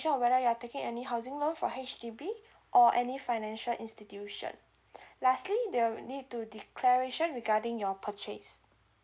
whether you're taking any housing loan for H_D_B or any financial institution lastly they will need to declaration regarding your purchase